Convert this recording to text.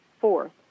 Fourth